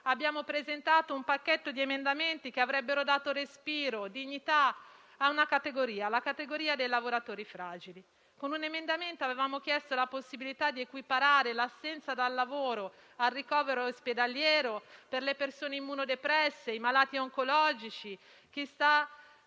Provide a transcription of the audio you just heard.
ha presentato un pacchetto di emendamenti, che avrebbero dato respiro e dignità alla categoria dei lavoratori fragili. Con un emendamento avevamo chiesto la possibilità di equiparare l'assenza dal lavoro al ricovero ospedaliero, per le persone immunodepresse, per i malati oncologici, per chi sta